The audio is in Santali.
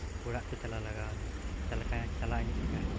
ᱚᱲᱟᱜ ᱛᱚ ᱪᱟᱞᱟᱣ ᱞᱟᱜᱟᱣᱟᱹᱧᱟᱹ ᱛᱟᱞᱚᱦᱮᱠᱷᱟᱱ ᱪᱟᱞᱟᱜ ᱟᱹᱧ ᱪᱮᱠᱟ